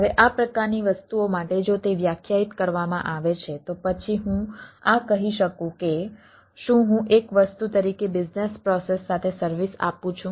હવે આ પ્રકારની વસ્તુઓ માટે જો તે વ્યાખ્યાયિત કરવામાં આવે છે તો પછી હું આ કહી શકું કે શું હું એક વસ્તુ તરીકે બિઝનેસ પ્રોસેસ સાથે સર્વિસ આપું છું